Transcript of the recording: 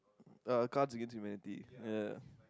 uh cards against humanity yeah